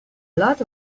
lot